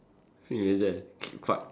think is that keep f~